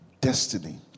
destiny